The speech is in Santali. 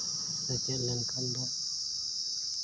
ᱥᱮᱪᱮᱫ ᱞᱮᱱᱠᱷᱟᱱ ᱫᱚ